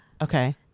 okay